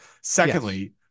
Secondly